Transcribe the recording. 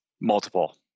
Multiple